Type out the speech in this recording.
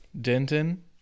Denton